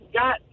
got